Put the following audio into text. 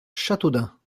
châteaudun